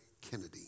Kennedy